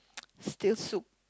still soup